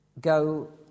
go